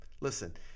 Listen